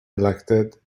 elected